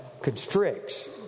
constricts